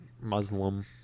Muslim